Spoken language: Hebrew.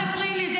לא אני.